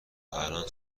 الان